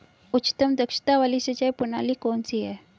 उच्चतम दक्षता वाली सिंचाई प्रणाली कौन सी है?